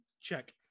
Check